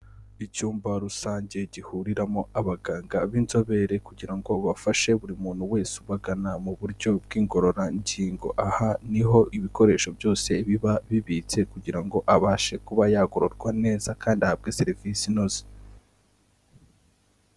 Icyumba rusange gihuriramo abaganga b'inzobere kugira ngo bafashe buri muntu wese ubagana mu buryo bw'ingororangingo, aha ni ho ibikoresho byose biba bibitse kugira ngo abashe kuba yagororwa neza kandi ahabwe serivisi inoze.